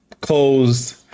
closed